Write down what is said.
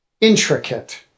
intricate